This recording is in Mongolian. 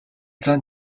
зан